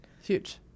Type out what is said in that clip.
Huge